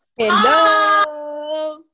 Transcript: Hello